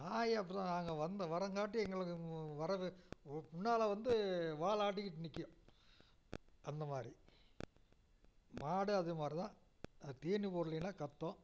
நாய் அப்படி தான் நாங்கள் வந்த வரங்காட்டி எங்களுக்கு வ வரவே மு முன்னால் வந்து வாலை ஆட்டிக்கிட்டு நிக்கும் அந்த மாதிரி மாடு அது மாதிரி தான் அது தீனி போடலேனா கத்தும்